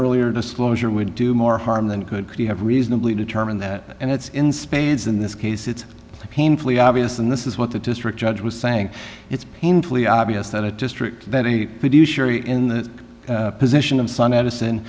earlier disclosure would do more harm than good could have reasonably determined that and it's in spades in this case it's painfully obvious and this is what the district judge was saying it's painfully obvious that it district to do surely in the position of sun madison